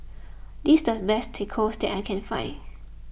this is the best Tacos that I can find